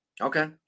Okay